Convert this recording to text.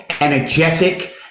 energetic